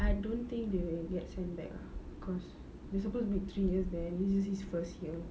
I don't think they will get send back ah cause he supposed to be three years there this is his first year